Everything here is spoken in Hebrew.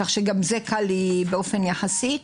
כך שגם זה קל באופן יחסי.